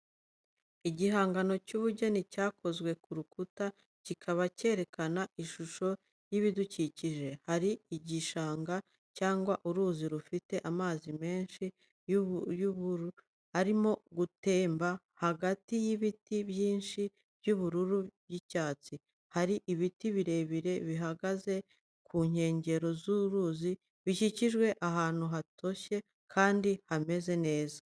Igihangano cy’ubugeni cyakozwe ku rukuta, kikaba cyerekana ishusho y'ibidukikije. Hari igishanga cyangwa uruzi rufite amazi meza y'ubururu arimo gutemba hagati y'ibiti byinshi by’ubururu n’icyatsi. Hari ibiti birebire bihagaze ku nkengero z'uruzi bikikije ahantu hatoshye kandi hameze neza.